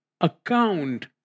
account